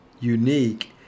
unique